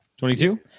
22